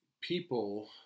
people